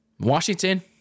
Washington